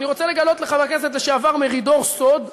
אני רוצה לגלות לחבר הכנסת לשעבר מרידור סוד: